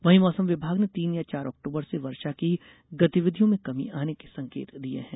वहीं मौसम विभाग ने तीन या चार अक्टूबर से वर्षा की गतिविधियों में कमी आने के संकेत दिए हैं